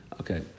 Okay